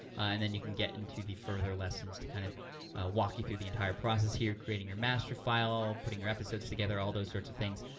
and then you can get into the further lessons to kind of walk you through the entire process, here, of creating your master file, putting your episodes together, all those sorts of things,